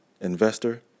investor